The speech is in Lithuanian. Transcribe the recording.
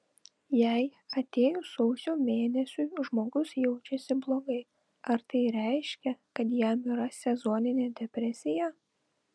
jei atėjus sausio mėnesiui žmogus jaučiasi blogai ar tai reiškia kad jam yra sezoninė depresija